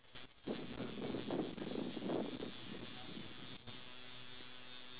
um I would like to have cats in my home